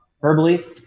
verbally